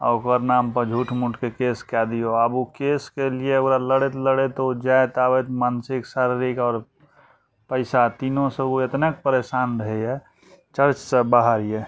आ ओकर नाम पर झूठ मूठके केस कऽ दियौ आब ओ केसके लिए ओकरा लड़ैत लड़ैत ओ जाएत आबैत मानसिक शारीरिक आओर पैसा तीनू सँ ओ एतनेक परेशान रहैए चर्च सँ बाहर यऽ